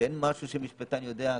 שאין משהו משפטן יודע.